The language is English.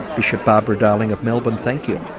bishop barbara darling of melbourne thankyou.